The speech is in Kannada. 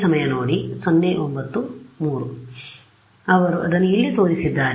ಆದ್ದರಿಂದ ಅವರು ಅದನ್ನು ಇಲ್ಲಿ ತೋರಿಸಿದ್ದಾರೆ